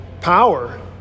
power